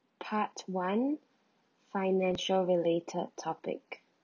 part one financial related topic